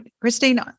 christine